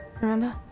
Remember